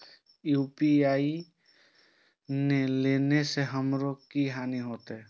UPI ने लेने से हमरो की हानि होते?